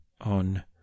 on